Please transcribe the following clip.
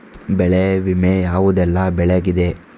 ಬೆಳೆ ವಿಮೆ ಯಾವುದೆಲ್ಲ ಬೆಳೆಗಿದೆ?